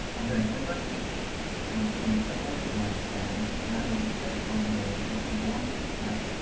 i'm gonna click on eat and i'm gonna click on those lunch items and i'm gonna click on those that i want to have